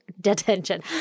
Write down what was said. detention